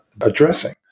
addressing